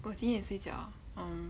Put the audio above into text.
我几点睡觉啊 um